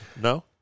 No